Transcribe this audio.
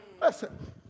listen